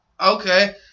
okay